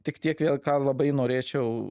tik tiek vėl ką labai norėčiau